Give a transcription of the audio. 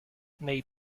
they